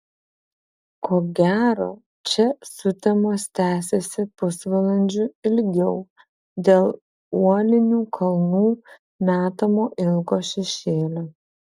ko gero čia sutemos tęsiasi pusvalandžiu ilgiau dėl uolinių kalnų metamo ilgo šešėlio